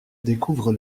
découvre